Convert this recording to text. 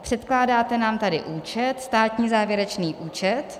Předkládáte nám tady účet státní závěrečný účet.